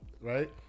right